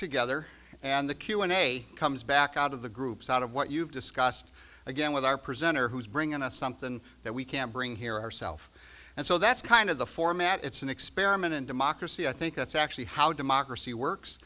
together and the q and a comes back out of the groups out of what you've discussed again with our presenter who's bringing us something that we can bring here ourself and so that's kind of the format it's an experiment in democracy i think that's actually how democracy works